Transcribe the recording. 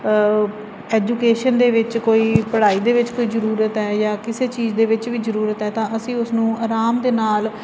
education ਦੇ ਵਿੱਚ ਕੋਈ ਪੜ੍ਹਾਈ ਦੇ ਵਿੱਚ ਕੋਈ ਜ਼ਰੂਰਤ ਹੈ ਜਾਂ ਕਿਸੇ ਚੀਜ਼ ਦੇ ਵਿੱਚ ਵੀ ਜ਼ਰੂਰਤ ਹੈ ਤਾਂ ਅਸੀਂ ਉਸਨੂੰ ਆਰਾਮ ਦੇ ਨਾਲ